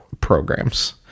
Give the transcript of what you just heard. programs